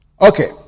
okay